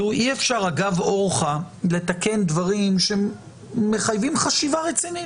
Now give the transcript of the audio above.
אי אפשר אגב אורחא לתקן דברים שהם מחייבים חשיבה רצינית.